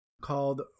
Called